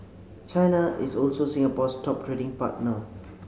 China is also Singapore's top trading partner